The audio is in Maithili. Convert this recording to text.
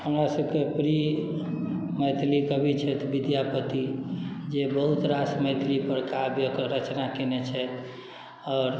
हमरा सबके प्रिय मैथिली कवि छथि विद्यापति जे बहुत रास मैथिलीपर काव्यके रचना कएने छथि आओर